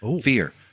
fear